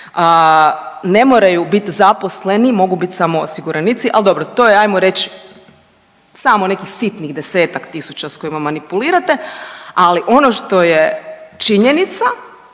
ne moraju bit zaposleni. Mogu bit samo osiguranici. Ali dobro, to je hajmo reći samo nekih sitnih desetak tisuća sa kojima manipulirate. Ali ono što je činjenica